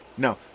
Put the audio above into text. No